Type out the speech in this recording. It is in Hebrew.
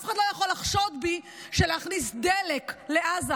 אף אחד לא יכול לחשוד בי שלהכניס דלק לעזה